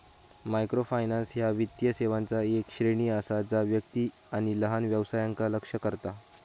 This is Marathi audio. मायक्रोफायनान्स ह्या वित्तीय सेवांचा येक श्रेणी असा जा व्यक्ती आणि लहान व्यवसायांका लक्ष्य करता